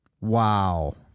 Wow